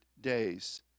days